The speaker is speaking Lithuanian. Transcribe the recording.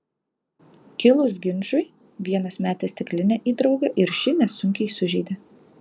kilus ginčui vienas metė stiklinę į draugą ir šį nesunkiai sužeidė